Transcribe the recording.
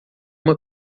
uma